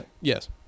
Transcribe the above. Yes